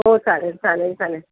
हो चालेल चालेल चालेल